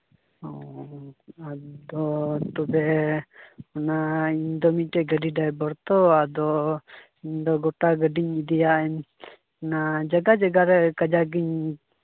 ᱚ ᱟᱫᱚ ᱛᱚᱵᱮ ᱤᱧᱫᱚ ᱢᱤᱫᱴᱮᱱ ᱜᱟᱹᱰᱤ ᱰᱟᱭᱵᱷᱟᱨ ᱛᱚ ᱤᱧᱫᱚ ᱜᱳᱴᱟ ᱜᱟᱹᱰᱤᱧ ᱤᱫᱤᱭᱟ ᱚᱱᱟ ᱡᱟᱭᱜᱟ ᱡᱟᱭᱜᱟ ᱨᱮ ᱠᱟᱡᱟᱠ ᱤᱧ